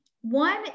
One